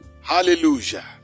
Hallelujah